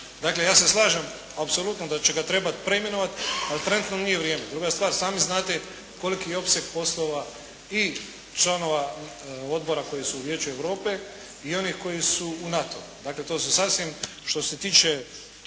Dakle, ja se slažem apsolutno da će ga trebati preimenovati ali trenutno nije vrijeme. Druga stvar, i sami znate koliki je opseg poslova i članova odbora koji su u Vijeću Europe i onih koji su NATO-u. Dakle, to su sasvim što se tiče